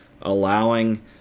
allowing